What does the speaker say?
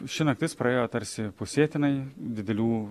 ši naktis praėjo tarsi pusėtinai didelių